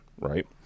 right